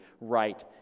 right